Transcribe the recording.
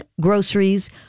groceries